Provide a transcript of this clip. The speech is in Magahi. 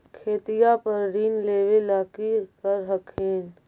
खेतिया पर ऋण लेबे ला की कर हखिन?